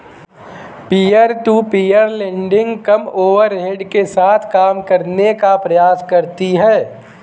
peer to peer lending कम overhead के साथ काम करने का प्रयास करती हैं